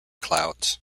clouds